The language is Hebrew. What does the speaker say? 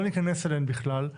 לא ניכנס אליהן בכלל,